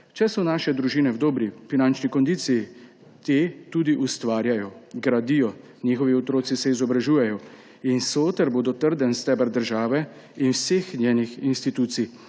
Če so naše družine v dobri finančni kondiciji, te tudi ustvarjajo, gradijo, njihovi otroci se izobražujejo in so ter bodo trden steber države in vseh njenih institucij.